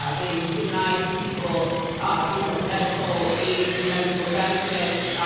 ah they denied people ah you know medical aid and medical benefits.